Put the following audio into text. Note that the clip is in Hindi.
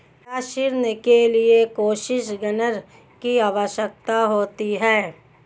क्या ऋण के लिए कोसिग्नर की आवश्यकता होती है?